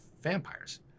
vampires